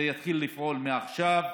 זה יתחיל לפעול מעכשיו.